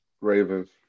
Ravens